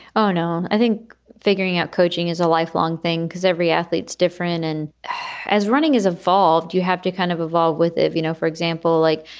oh, no. i think figuring out coaching is a lifelong thing because every athlete's different. and as running is involved, you have to kind of evolve with it. you know, for example, like,